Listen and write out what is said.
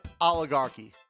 oligarchy